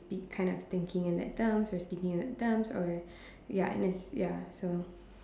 speak kind of thinking in that terms we're speaking in that terms or ya and it's ya so